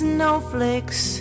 Snowflakes